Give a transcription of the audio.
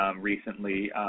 recently